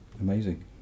Amazing